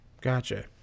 Gotcha